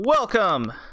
Welcome